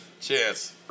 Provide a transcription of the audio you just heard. Cheers